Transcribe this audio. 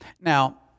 Now